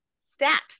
Stat